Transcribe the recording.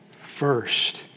first